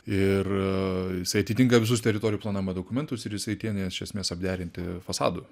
ir jisai atitinka visus teritorijų planavimo dokumentus ir jisai ateina iš esmės apderinti fasadų